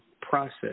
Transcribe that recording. process